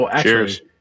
Cheers